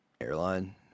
airline